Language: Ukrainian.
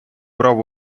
брав